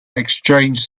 exchanged